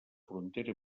frontera